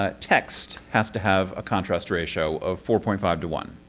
ah text has to have a contrast ratio of four point five to one.